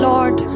Lord